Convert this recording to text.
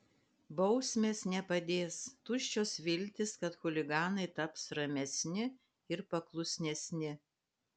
bausmės nepadės tuščios viltys kad chuliganai taps ramesni ir paklusnesni